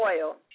oil